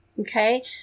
Okay